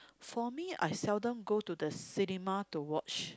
for me I seldom go to the cinema to watch